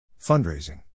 Fundraising